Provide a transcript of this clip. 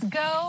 go